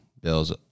Bill's